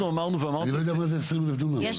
אנחנו אמרנו --- אני לא יודע מה זה 20 אלף דונם,